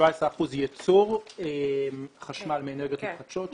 17 אחוזים ייצור חשמל מאנרגיות מתחדשות,